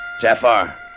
Jafar